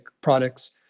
products